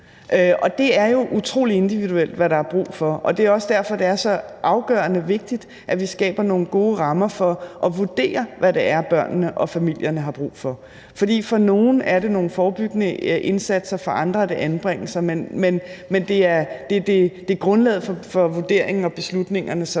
det er jo utrolig individuelt, hvad der er brug for, og det er også derfor, det er så afgørende vigtigt, at vi skaber nogle gode rammer for at vurdere, hvad det er, børnene og familierne har brug for, da det for nogle er nogle forebyggende indsatser, mens det for andre er anbringelser. Men det er grundlaget for vurderingen og beslutningerne, som